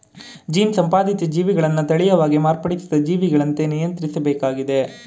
gene ಸಂಪಾದಿತ ಜೀವಿಗಳನ್ನ ತಳೀಯವಾಗಿ ಮಾರ್ಪಡಿಸಿದ ಜೀವಿಗಳಂತೆ ನಿಯಂತ್ರಿಸ್ಬೇಕಾಗಿದೆ